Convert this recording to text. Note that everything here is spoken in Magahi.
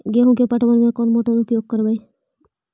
गेंहू के पटवन में कौन मोटर उपयोग करवय?